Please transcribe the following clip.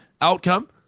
outcome